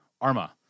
Arma